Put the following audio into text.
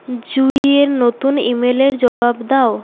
জুঁইয়ের নতুন ইমেলের জবাব দাও